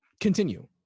continue